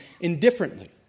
indifferently